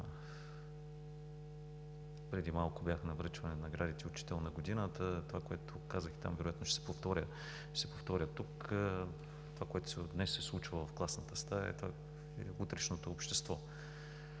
Преди малко бях на връчване на наградите „Учител на годината“ и това, което казах там, вероятно ще повторя и тук – това, което днес се случва в класната стая, това е утрешното общество.